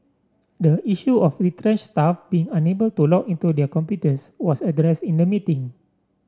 the issue of retrenched staff being unable to log into their computers was addressed in the meeting